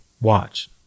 watch